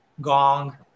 gong